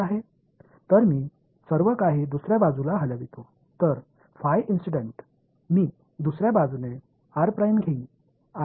எனவே phi சம்பவம் நான் மறுபுறம் எடுத்துக்கொள்வேன் இந்த அடுத்த வெளிப்பாடு அப்படியே உள்ளது